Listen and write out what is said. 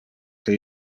que